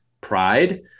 pride